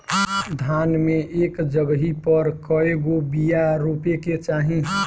धान मे एक जगही पर कएगो बिया रोपे के चाही?